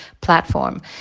platform